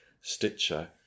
Stitcher